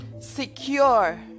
Secure